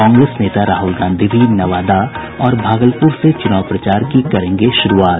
कांग्रेस नेता राहुल गांधी भी नवादा और भागलपुर से चुनाव प्रचार की करेंगे शुरूआत